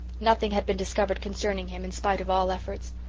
nothing had been discovered concerning him, in spite of all efforts.